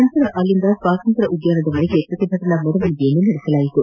ಬಳಿಕ ಅಲ್ಲಿಂದ ಸ್ವಾತಂತ್ರ್ಯ ಉದ್ದಾನದವರೆಗೆ ಪ್ರತಿಭಟನಾ ಮೆರವಣಿಗೆ ನಡೆಸಲಾಯಿತು